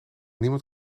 niemand